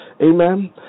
Amen